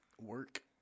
Work